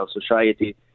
society